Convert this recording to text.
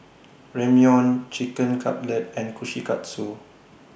Ramyeon Chicken Cutlet and Kushikatsu